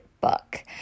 book